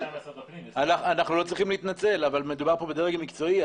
אבל מדובר פה בדרג מקצועי.